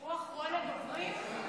הוא אחרון הדוברים?